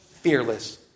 fearless